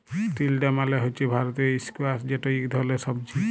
তিলডা মালে হছে ভারতীয় ইস্কয়াশ যেট ইক ধরলের সবজি